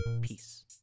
peace